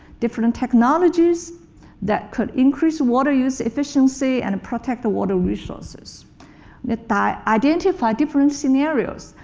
different technologies that could increase water use efficiency and protect the water resources that that identify different scenarios.